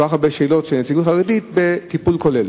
כך הרבה שאלות של נציגים חרדים בטיפול כולל.